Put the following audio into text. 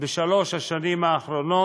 בשלוש השנים האחרונות,